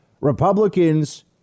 Republicans